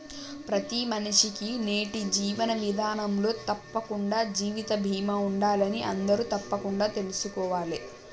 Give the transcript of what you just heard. ప్రతి మనిషికీ నేటి జీవన విధానంలో తప్పకుండా జీవిత బీమా ఉండాలని అందరూ తప్పకుండా తెల్సుకోవాలే